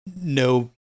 no